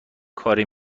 کاری